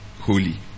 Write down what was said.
holy